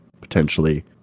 potentially